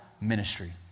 ministry